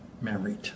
married